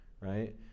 Right